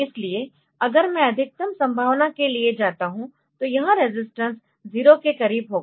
इसलिए अगर मैं अधिकतम संभावना के लिए जाता हूं तो यह रेजिस्टेंस 0 के करीब होगा